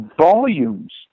volumes